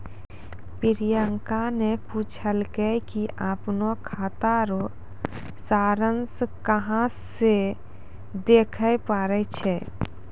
प्रियंका ने पूछलकै कि अपनो खाता रो सारांश कहां से देखै पारै छै